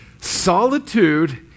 solitude